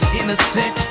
innocent